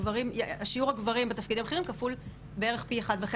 שיעור הגברים בתפקידים בכירים כפול בערך פי 1.5